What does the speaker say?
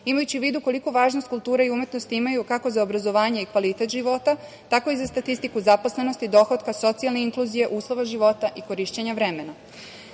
imajući u vidu koliku važnost kultura i umetnost imaju kako za obrazovanje i kvalitet života, tako i za statistiku zaposlenosti, dohotka, socijalne inkluzije, uslova života i korišćenja vremena. Svi